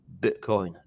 Bitcoin